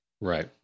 Right